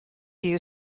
you